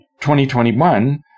2021